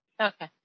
Okay